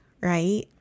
right